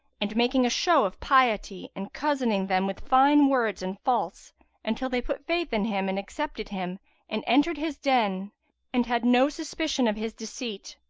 and making a show of piety and cozening them with fine words and false until they put faith in him and accepted him and entered his den and had no suspicion of his deceit.